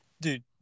Dude